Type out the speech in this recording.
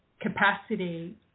capacity